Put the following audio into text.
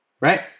Right